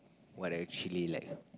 what I actually like